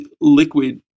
liquid